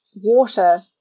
water